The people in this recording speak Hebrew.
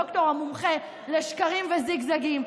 הדוקטור המומחה לשקרים וזיגזגים,